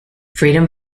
freedom